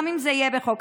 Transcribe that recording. גם אם זה יהיה בחוק.